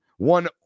one